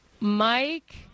Mike